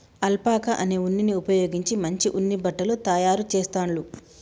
alpaca అనే ఉన్నిని ఉపయోగించి మంచి ఉన్ని బట్టలు తాయారు చెస్తాండ్లు